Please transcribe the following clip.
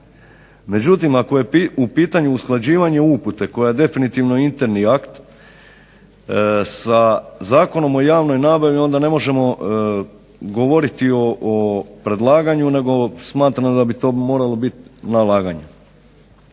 Međutim ako je u pitanju usklađivanje upute koja definitivno interni akt, sa Zakonom o javnoj nabavi onda ne možemo govoriti o predlaganju nego smatram da bi to moralo biti nalaganje.